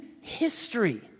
history